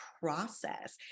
process